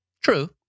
True